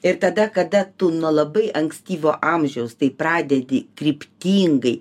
ir tada kada tu nuo labai ankstyvo amžiaus tai pradedi kryptingai